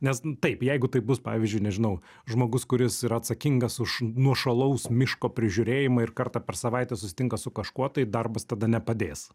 nes taip jeigu tai bus pavyzdžiui nežinau žmogus kuris yra atsakingas už nuošalaus miško prižiūrėjimą ir kartą per savaitę susitinka su kažkuo tai darbas tada nepadės